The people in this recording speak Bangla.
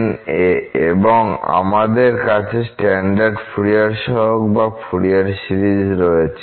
n এ এবং আমাদের কাছে স্ট্যান্ডার্ড ফুরিয়ার সহগ বা ফুরিয়ার সিরিজ রয়েছে